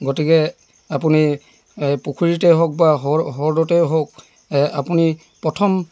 গতিকে আপুনি পুখুৰীতে হওক বা হ্ৰদতে হওক আপুনি প্ৰথম